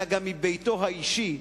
אלא גם מביתו האישי,